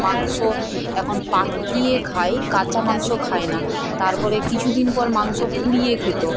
মাংস এখন পাকিয়ে খায় কাঁচা মাংস খায় না তার পরে কিছু দিন পর মাংস পুড়িয়ে খেত